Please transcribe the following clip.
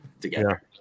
together